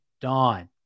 Dawn